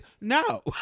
No